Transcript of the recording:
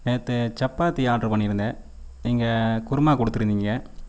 நேற்று சப்பாத்தி ஆர்டர் பண்ணியிருந்தேன் நீங்கள் குருமா கொடுத்துருந்தீங்க